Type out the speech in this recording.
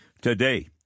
Today